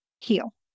heal